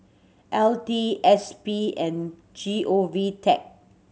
L T S P and G O V Tech